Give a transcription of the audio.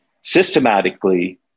systematically